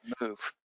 move